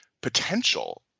potential